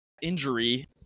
injury